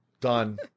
Done